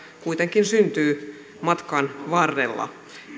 kuitenkin syntyy matkan varrella